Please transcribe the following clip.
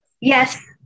yes